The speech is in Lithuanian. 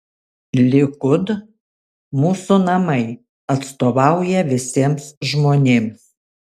likud mūsų namai atstovauja visiems žmonėms